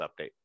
update